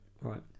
right